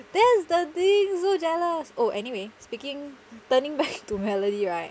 that's the thing so jealous oh anyway speaking turning back to melody right